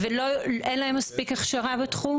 ולא מוכנה לאכול והופכת את העולמות.